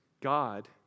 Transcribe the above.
God